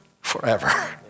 forever